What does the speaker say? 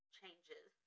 changes